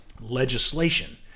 legislation